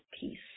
peace